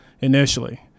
initially